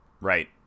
Right